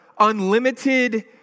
Unlimited